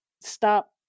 stop